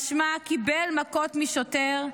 משמע קיבל מכות משוטר,